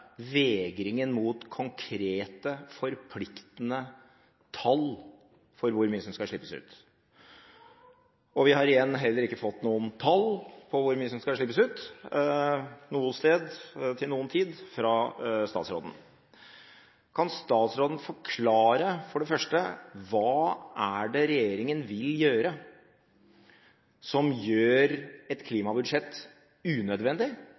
vegringen mot konkrete, forpliktende tall for hvor mye som skal slippes ut. Vi har heller ikke fått noen tall fra statsråden for hvor mye som skal slippes ut noe sted til noen tid. Kan statsråden for det første forklare hva det er regjeringen vil gjøre som gjør et klimabudsjett unødvendig,